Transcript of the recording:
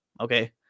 okay